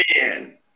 Man